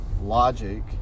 logic